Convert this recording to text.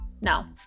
now